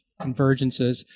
convergences